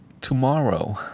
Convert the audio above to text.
tomorrow